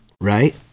right